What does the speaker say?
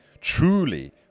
truly